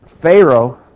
Pharaoh